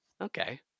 Okay